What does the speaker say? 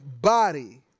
body